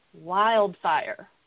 Wildfire